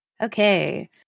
Okay